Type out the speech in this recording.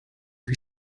who